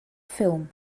ffilm